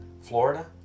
Florida